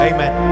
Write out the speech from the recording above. Amen